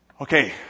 Okay